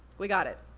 we got it.